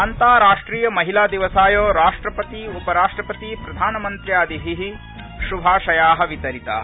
अन्ताराष्ट्रियमहिलादिवसाय राष्ट्रपति उपराष्ट्रपति प्रधानमन्त्र्यादिभि शुभाशया वितरिता